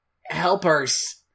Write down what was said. helpers